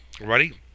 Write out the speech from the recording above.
Ready